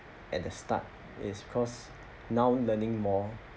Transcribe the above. at the start is cause now learning more